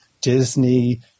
Disney